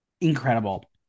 Incredible